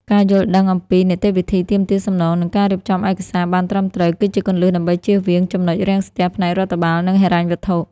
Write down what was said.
ការយល់ដឹងអំពី នីតិវិធីទាមទារសំណង និងការរៀបចំឯកសារបានត្រឹមត្រូវ គឺជាគន្លឹះដើម្បីជៀសវាង ចំណុចរាំងស្ទះ ផ្នែករដ្ឋបាល និងហិរញ្ញវត្ថុ។